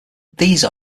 these